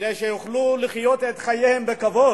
כדי שיוכלו לחיות את חייהם בכבוד,